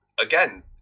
again